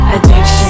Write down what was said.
Addiction